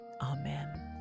Amen